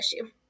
issue